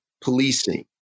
policing